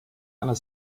einer